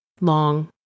long